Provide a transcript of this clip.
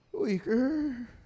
weaker